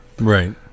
right